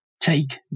take